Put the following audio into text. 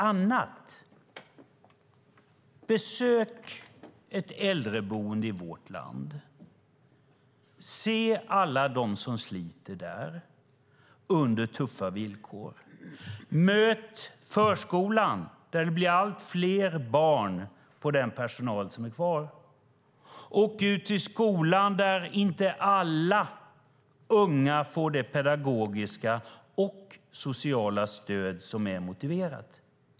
Du kan besöka ett äldreboende i vårt land och se alla som sliter där under tuffa villkor. Du kan besöka förskolan där det blir allt fler barn på den personal som finns kvar. Du kan åka ut i skolan där inte alla unga får det pedagogiska och sociala stöd som är motiverat.